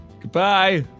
goodbye